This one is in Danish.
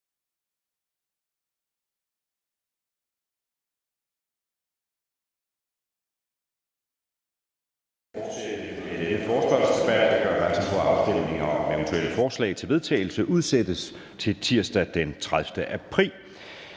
udsættes til tirsdag den 30. april